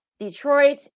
Detroit